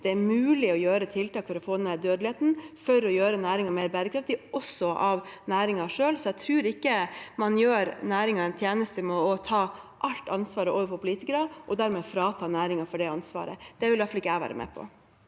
Det er mulig å sette inn tiltak for å få ned dødeligheten og gjøre næringen mer bærekraftig, også av næringen selv. Jeg tror ikke man gjør næringen en tjeneste med å ta alt ansvaret over på politikerne og dermed frata næringen det ansvaret. Det vil iallfall ikke jeg være med på.